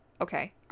Okay